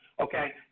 okay